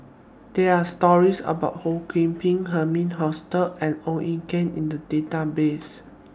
There Are stories about Ho Kwon Ping Herman Hochstadt and Ong Ye Kung in The Database